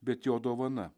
bet jo dovana